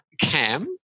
Cam